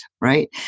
right